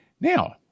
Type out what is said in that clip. Now